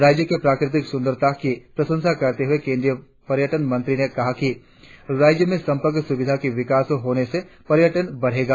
राज्य के प्राकृतिक सुंदरता की प्रशंसा करते हुए केंद्रीय पर्यटन मंत्री ने कहा कि राज्य में संपर्क सुविधा का विकास होने से पर्यटन बढ़ेगा